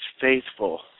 faithful